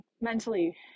mentally